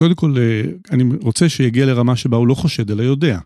קודם כל, אני רוצה שיגיע לרמה שבה הוא לא חושד, אלא יודע.